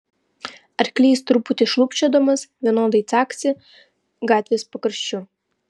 arklys truputį šlubčiodamas vienodai caksi gatvės pakraščiu